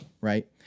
right